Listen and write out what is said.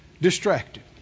distracted